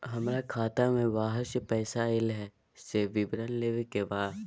हमरा खाता में बाहर से पैसा ऐल है, से विवरण लेबे के बा?